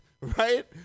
Right